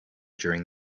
during